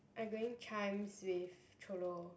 I going Chijmes with Cholo